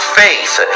faith